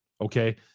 Okay